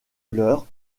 leur